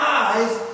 eyes